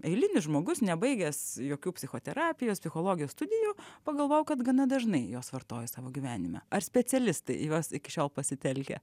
eilinis žmogus nebaigęs jokių psichoterapijos psichologijos studijų pagalvojau kad gana dažnai juos vartoju savo gyvenime ar specialistai juos iki šiol pasitelkia